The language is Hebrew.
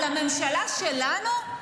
על הממשלה שלנו?